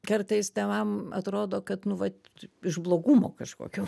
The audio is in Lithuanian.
kartais tėvam atrodo kad nu vat iš blogumo kažkokio